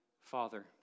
Father